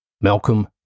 Malcolm